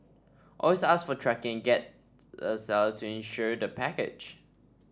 always ask for tracking get the seller to insure the package